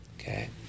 Okay